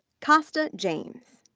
costa james.